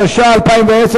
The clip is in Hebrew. התש"ע 2010,